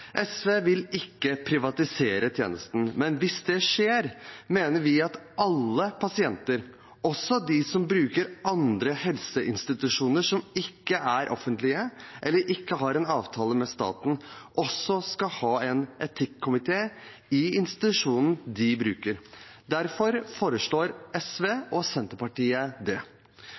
SV vil ikke privatisere tjenestene, men hvis det skjer, mener vi at alle pasienter, også de som bruker helseinstitusjoner som ikke er offentlige eller ikke har en avtale med staten, også skal ha en etikkomité i institusjonen de bruker. Derfor foreslår SV og Senterpartiet det.